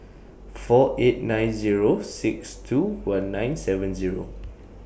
four eight nine Zero six two one nine seven Zero